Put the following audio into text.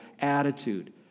attitude